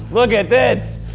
look at this!